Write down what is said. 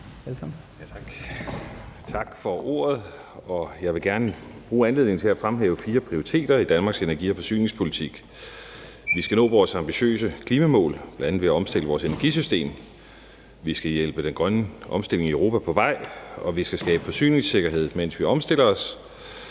Tak for ordet. Jeg vil gerne bruge anledningen til at fremhæve fire prioriteter i Danmarks energi- og forsyningspolitik. Vi skal nå vores ambitiøse klimamål, bl.a. ved at omstille vores energisystem. Vi skal hjælpe den grønne omstilling i Europa på vej, og vi skal skabe forsyningssikkerhed, mens vi omstiller os,